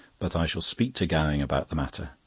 but i shall speak to gowing about the matter.